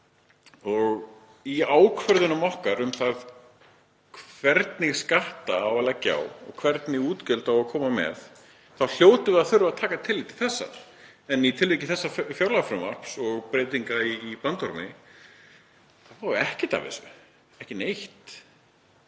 Í ákvörðunum okkar um það hvernig skatta á að leggja á og hvernig útgjöld á að koma með þá hljótum við að þurfa að taka tillit til þessa. En í tilviki þessa fjárlagafrumvarps og breytinga í bandormi þá er ekkert af þessu, ekki neitt.